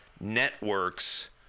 networks